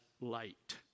light